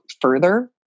further